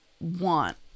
want